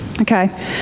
Okay